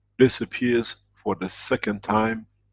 this appears for the second time,